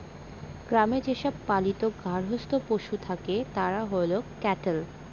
গ্রামে যে সব পালিত গার্হস্থ্য পশু থাকে তারা হল ক্যাটেল